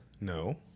No